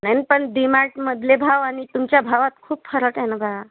नाही ना पण डी मार्टमधले भाव आणि तुमच्या भावात खूप फरक आहे ना बा